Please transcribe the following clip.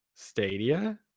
stadia